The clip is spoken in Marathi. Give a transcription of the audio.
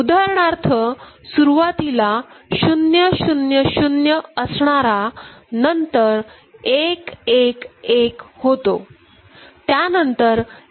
उदाहरणार्थ सुरुवातीला 0 0 0 असणारा नंतर 1 1 1 होतो